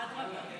אדרבה.